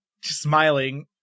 smiling